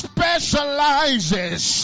Specializes